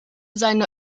seine